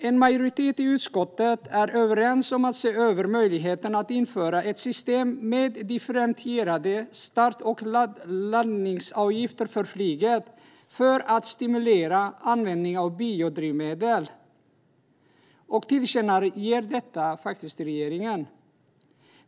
En majoritet i utskottet är överens om att regeringen bör se över möjligheten att införa ett system med differentierade start och landningsavgifter för flyget för att stimulera användning av biodrivmedel och föreslår därför att riksdagen tillkännager detta för regeringen.